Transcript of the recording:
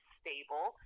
stable